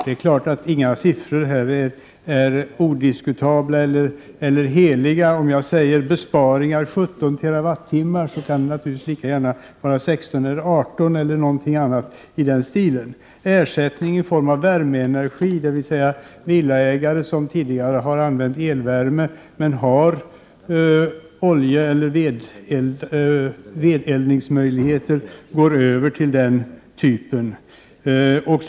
Det är klart att inga av dessa siffror är odiskutabla eller heliga. Om jag talar om besparingar på 17 TWh, kan det naturligtvis lika gärna bli fråga om 16, 18 eller någonting liknande. Det är också fråga om ersättning i form av värmeenergi, dvs. att villaägare som tidigare använt elvärme men som har oljeeller vedeldningsmöjligheter går över till sådan uppvärmning.